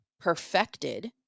perfected